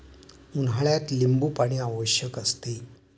उन्हाळ्यात लिंबूपाणी आवश्यक असते